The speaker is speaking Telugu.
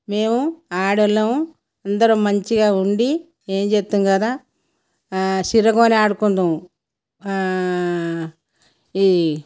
మేము ఆడోళ్ళము అందరం మంచిగా ఉండి ఏం చేద్దాం కదా చిరగోని ఆడుకుందుము ఇది